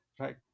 right